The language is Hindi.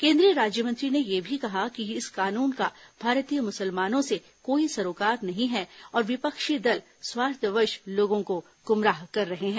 केन्द्रीय राज्यमंत्री ने यह भी कहा कि इस कानून का भारतीय मुसलमानों से कोई सरोकार नहीं है और विपक्षी दल स्वार्थवश लोगों को गुमराह कर रहे हैं